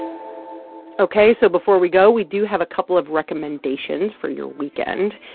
ok, so before we go, we do have a couple of recommendations for your weekend.